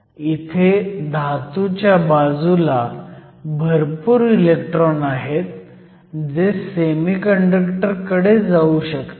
इथे धातूच्या बाजूला भरपूर इलेक्ट्रॉन आहेत जे सेमीकंडक्टर कडे जाऊ शकतात